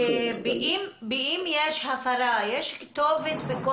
ואם יש הפרה יש כתובת ברורה למי לפנות להתלונן